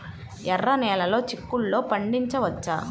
ఎర్ర నెలలో చిక్కుల్లో పండించవచ్చా?